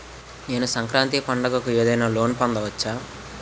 నేను సంక్రాంతి పండగ కు ఏదైనా లోన్ పొందవచ్చా?